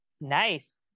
Nice